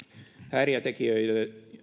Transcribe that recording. häiriötekijöiden